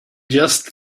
just